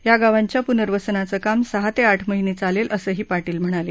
या गावांच्या पुनर्वसनाचं काम सहा ते आठ महिने चालेल असंही पाटील म्हणाले